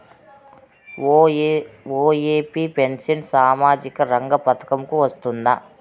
OAP pension సామాజిక రంగ పథకం కు వస్తుందా?